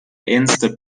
ernste